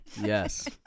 Yes